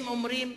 הם אומרים,